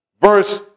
verse